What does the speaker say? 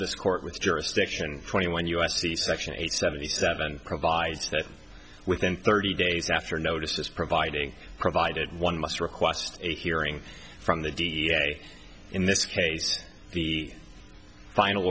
this court with jurisdiction twenty one u s c section eight seventy seven provides that within thirty days after notice this providing provided one must request a hearing from the da in this case the final